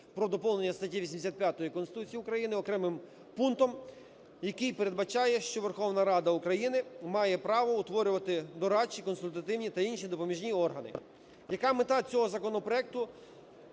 про доповнення статті 85 Конституції України окремим пунктом, який передбачає, що Верховна Рада України має право утворювати дорадчі, консультативні та інші допоміжні органи. Яка мета цього законопроекту,